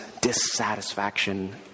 dissatisfaction